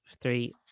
three